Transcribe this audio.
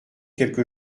quelque